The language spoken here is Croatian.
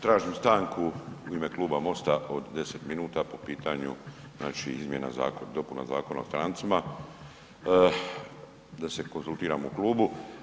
Tražim stanku u ime Kluba MOST-a od 10 minuta po pitanju znači izmjena zakona, dopuna Zakona o strancima, da se konzultiramo u klubu.